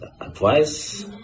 advice